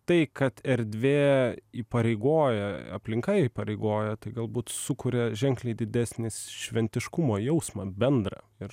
tai kad erdvė įpareigoja aplinka įpareigoja tai galbūt sukuria ženkliai didesnis šventiškumo jausmą bendrą ir